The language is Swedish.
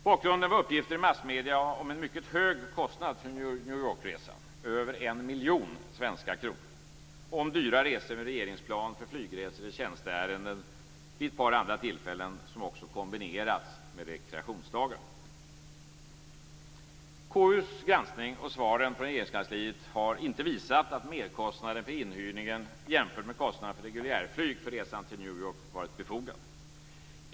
Bakgrunden var uppgifter i massmedierna om en mycket hög kostnad för New York-resan, på över 1 miljon svenska kronor, och om dyra resor med regeringsplan för flygresor i tjänsteärenden vid ett par andra tillfällen som också kombinerades med rekreationsdagar. KU:s granskning och svaren från Regeringskansliet har inte visat att merkostnaden för inhyrningen jämfört med kostnaden för reguljärflyg för resan till New York varit befogad.